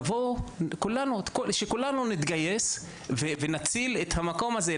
בואו כולנו נתגייס ונציל את המקום הזה,